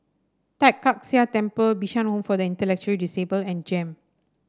Tai Kak Seah Temple Bishan Home for the Intellectually Disabled and JEM